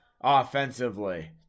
offensively